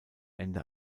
ende